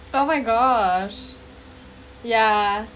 oh my gosh yeah